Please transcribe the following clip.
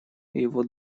его